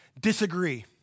disagree